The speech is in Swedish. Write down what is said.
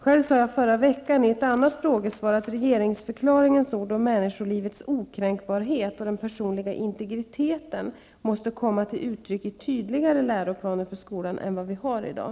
Själv sade jag förra veckan i ett annat frågesvar att regeringsförklaringens ord om människolivets okränkbarhet och den personliga integriteten måste komma till uttryck i tydligare läroplaner för skolan än vi har i dag.